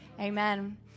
Amen